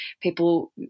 people